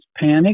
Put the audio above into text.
panic